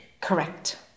Correct